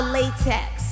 Latex